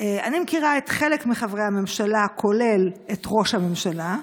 אני מכירה חלק מחברי הממשלה, כולל את ראש הממשלה.